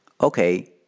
Okay